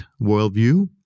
worldview